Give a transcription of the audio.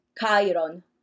Chiron